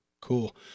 cool